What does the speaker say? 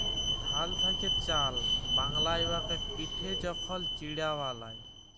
ধাল থ্যাকে চাল বালায় উয়াকে পিটে যখল চিড়া বালায়